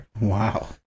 wow